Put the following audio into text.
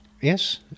Yes